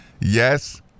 Yes